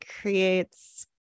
creates